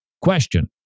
Question